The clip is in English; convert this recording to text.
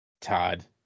Todd